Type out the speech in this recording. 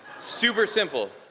super simple.